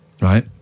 Right